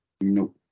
No